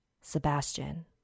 Sebastian